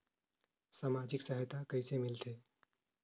समाजिक सहायता कइसे मिलथे?